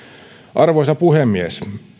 arvoisa puhemies